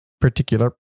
particular